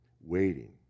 Waiting